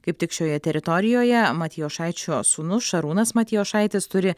kaip tik šioje teritorijoje matijošaičio sūnus šarūnas matijošaitis turi